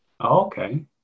Okay